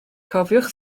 cofiwch